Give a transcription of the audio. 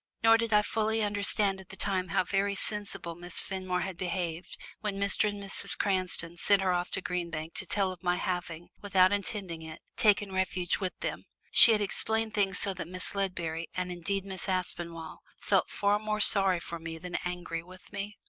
nor did i fully understand at the time how very sensibly miss fenmore had behaved when mr. and mrs. cranston sent her off to green bank to tell of my having, without intending it, taken refuge with them she had explained things so that miss ledbury, and indeed miss aspinall, felt far more sorry for me than angry with me.